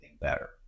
better